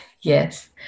Yes